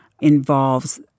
involves